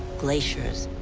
glaciers.